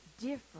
different